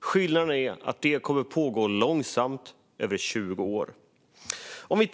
Skillnaden är att det kommer att pågå långsamt över 20 år.